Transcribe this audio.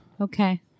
Okay